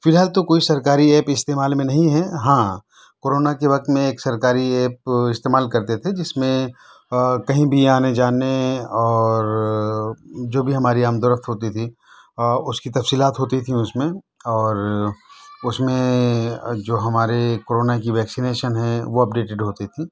فی الحال تو کوئی سرکاری ایپ استعمال میں نہیں ہے ہاں کرونا کے وقت میں ایک سرکاری ایپ استعمال کرتے تھے جس میں کہیں بھی آنے جانے اور جو بھی ہماری آمدورفت ہوتی تھی اس کی تفصیلات ہوتی تھیں اس میں اور اس میں جو ہمارے کرونا کی ویکسینیشن ہے وہ اپڈیٹڈ ہوتی تھیں